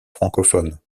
francophones